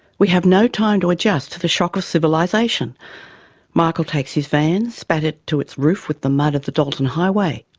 we have no time to adjust to the shock of civilisation michael takes his van, spattered to its roof with the mud of the dalton highway,